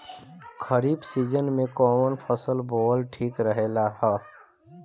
खरीफ़ season में कौन फसल बोअल ठिक रहेला ह?